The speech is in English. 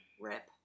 Rip